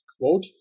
Quote